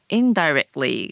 indirectly